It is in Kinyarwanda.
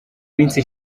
minsi